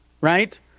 Right